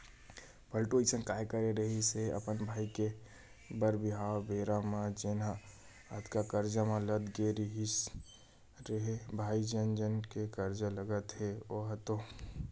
पलटू अइसन काय करे रिहिस हे अपन भाई के बर बिहाव बेरा म जेनहा अतका करजा म लद गे हे रे भई जन जन के करजा लगत हे ओहा तो